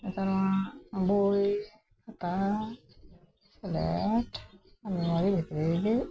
ᱱᱮᱛᱟᱨ ᱢᱟ ᱵᱚᱭ ᱠᱷᱟᱛᱟ ᱥᱞᱮᱴ ᱟᱞᱢᱟᱨᱤ ᱵᱷᱤᱛᱨᱤ ᱨᱮᱜᱮ